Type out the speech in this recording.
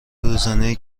روزانهای